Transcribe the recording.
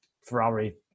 Ferrari